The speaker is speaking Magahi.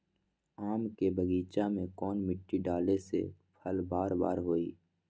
आम के बगीचा में कौन मिट्टी डाले से फल बारा बारा होई?